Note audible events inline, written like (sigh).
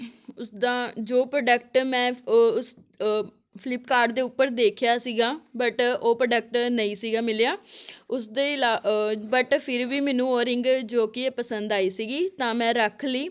ਉਸ ਦਾ ਜੋ ਪ੍ਰੋਡਕਟ ਮੈਂ (unintelligible) ਫਲਿੱਪਕਾਰਟ ਦੇ ਉੱਪਰ ਦੇਖਿਆ ਸੀਗਾ ਬਟ ਉਹ ਪ੍ਰੋਡਕਟ ਨਹੀਂ ਸੀਗਾ ਮਿਲਿਆ ਉਸ ਦੇ ਇਲਾਵਾ ਬਟ ਫਿਰ ਵੀ ਮੈਨੂੰ ਉਹ ਰਿੰਗ ਜੋ ਕਿ ਪਸੰਦ ਆਈ ਸੀਗੀ ਤਾਂ ਮੈਂ ਰੱਖ ਲਈ